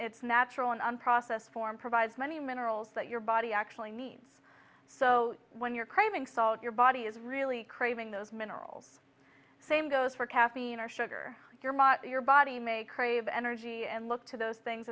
it's natural and process form provides many minerals that your body actually means so when you're craving salt your body is really craving those minerals same goes for caffeine or sugar your motto your body may crave energy and look to those things